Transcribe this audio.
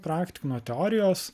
praktikų nuo teorijos